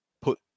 put